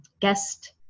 guest